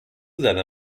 زده